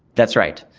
that's right.